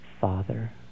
Father